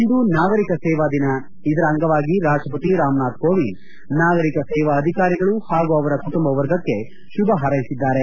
ಇಂದು ನಾಗರೀಕ ಸೇವಾ ದಿನ ಇದರ ಅಂಗವಾಗಿ ರಾಷ್ಷಪತಿ ರಾಮನಾಥ್ ಕೋವಿಂದ್ ನಾಗರೀಕ ಸೇವಾ ಅಧಿಕಾರಿಗಳು ಹಾಗೂ ಅವರ ಕುಟುಂಬ ವರ್ಗಕ್ಕೆ ಶುಭ ಹಾರ್ಲೆಸಿದ್ದಾರೆ